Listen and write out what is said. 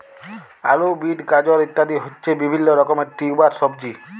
আলু, বিট, গাজর ইত্যাদি হচ্ছে বিভিল্য রকমের টিউবার সবজি